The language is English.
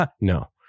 No